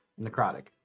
Necrotic